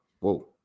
Whoa